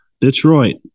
Detroit